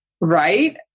right